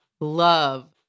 love